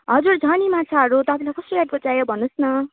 हजुर छ नि माछाहरू तपाईँलाई कस्तो टाइपको चाहियो भन्नुहोस् न